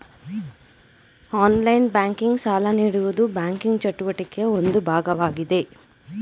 online banking, ಸಾಲ ನೀಡುವುದು banking ಚಟುವಟಿಕೆಯ ಒಂದು ಭಾಗವಾಗಿದೆ